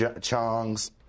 Chong's